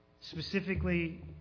Specifically